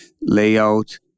layout